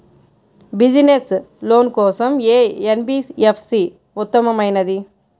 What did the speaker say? Business loan కోసం ఏ NBFC ఉత్తమమైనది?